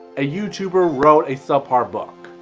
a youtuber wrote a sub par book.